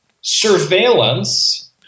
surveillance